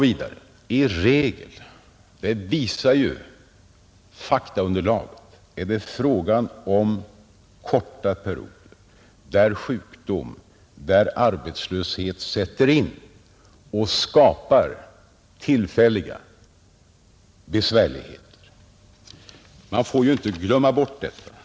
Vidare är det i regel — det visar faktaunderlaget — fråga om korta perioder då sjukdom och arbetslöshet sätter in och skapar tillfälliga besvärligheter, Man får ju inte glömma bort detta.